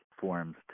forms